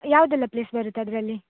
ಯಾವುದೆಲ್ಲ ಪ್ಲೇಸ್ ಬರುತ್ತೆ ಅದರಲ್ಲಿ